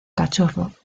cachorro